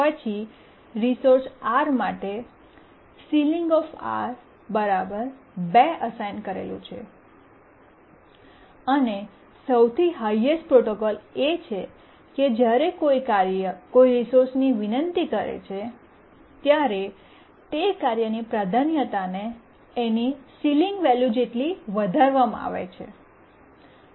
પછી resource R માટે ceiling 2 assign કરેલું છે અને સૌથી હાયેસ્ટ પ્રોટોકોલ એ છે કે જ્યારે કોઈ કાર્ય કોઈ રિસોર્સની વિનંતી કરે છે ત્યારે તે કાર્યની પ્રાધાન્યતાને એની સીલીંગ વેલ્યુ જેટલી વધારવામાં આવે છે